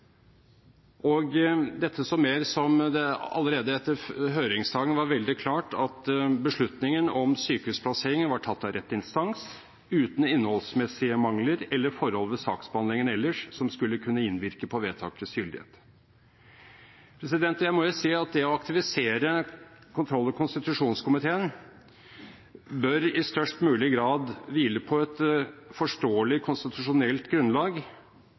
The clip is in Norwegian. og dette så mer som at det allerede etter høringsdagen var veldig klart at beslutningen om sykehusplasseringen var tatt av rett instans uten innholdsmessige mangler eller forhold ved saksbehandlingen ellers som skulle kunne innvirke på vedtakets gyldighet. Jeg må si at det å aktivisere kontroll- og konstitusjonskomiteen bør i størst mulig grad hvile på et forståelig konstitusjonelt grunnlag,